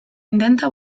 intenta